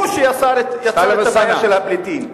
הוא שיצר את הבעיה של הפליטים.